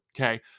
Okay